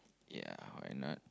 ya why not